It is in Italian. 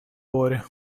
ore